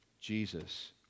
Jesus